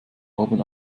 haben